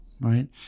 Right